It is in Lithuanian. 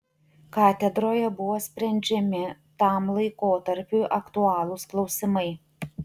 katedroje buvo sprendžiami tam laikotarpiui aktualūs klausimai